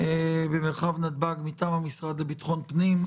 במרחב נתב"ג מטעם המשרד לביטחון פנים.